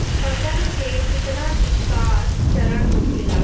फसल के कितना विकास चरण होखेला?